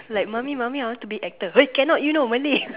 like Mommy Mommy I want to be actor !oi! cannot you know Malay